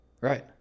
Right